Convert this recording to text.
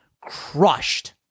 crushed